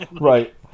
right